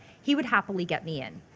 he would happily get me in.